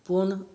पूण